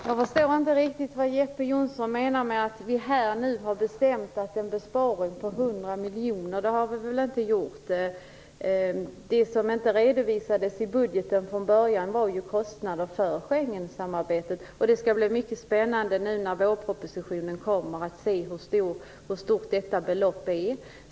Herr talman! Jag förstår inte riktigt vad Jeppe Johnsson menar med att vi här och nu har bestämt om en besparing på 100 miljoner. Det har vi väl inte gjort! Det som inte redovisades i budgeten från början var just kostnader för Schengensamarbetet. Det skall bli mycket spännande nu när vårpropositionen kommer att se hur stort detta belopp är.